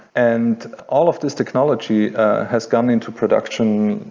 and all of this technology has gone into production,